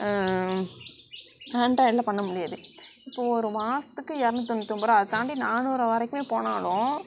ஆண்ட்ராய்டில் பண்ண முடியாது இப்போது ஒரு மாசத்துக்கு எர்நூத்தி தொண்ணூத்தொம்போரூவா அது தாண்டி நானூறுரூவா வரைக்கும் போனாலும்